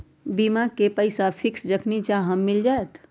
बीमा के पैसा फिक्स जखनि चाहम मिल जाएत?